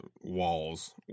walls